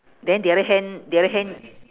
then the other hand the other hand